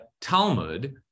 Talmud